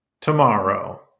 Tomorrow